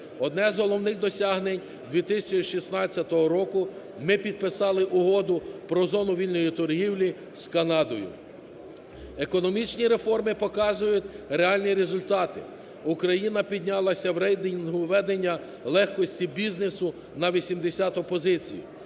Одне з головних досягнень 2016 року – ми підписали Угоду про зону вільної торгівлі з Канадою. Економічні реформи показують реальні результати. Україна піднялася в рейтингу ведення легкості бізнесу на 80 позицію.